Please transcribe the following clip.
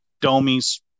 Domi's